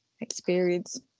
experience